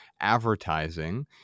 advertising